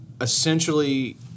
essentially